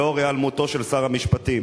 לאור היעלמותו של שר המשפטים.